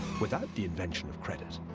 without the invention of credit,